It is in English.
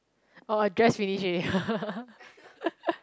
oh I dress finish already